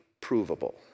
provable